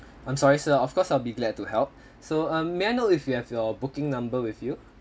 I'm sorry sir of course I'll be glad to help so um may I know if you have your booking number with you